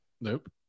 Nope